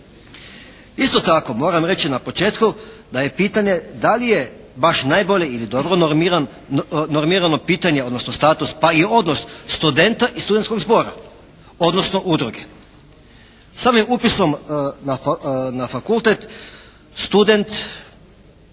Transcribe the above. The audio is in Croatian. Isto tako moram reći na početku, da je pitanje da li je baš najbolje ili dobro normirano pitanje odnosno status pa i odnos studenta i studentskog zbora odnosno udruge? Samim upisom na fakultet student